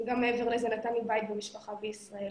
ונתנו לי בית ומשפחה בישראל.